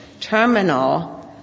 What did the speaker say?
terminal –